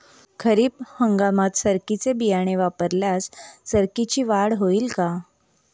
खरीप हंगामात सरकीचे बियाणे वापरल्यास सरकीची वाढ होईल का?